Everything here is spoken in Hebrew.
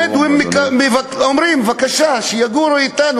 הבדואים אומרים: בבקשה, שיגורו אתנו.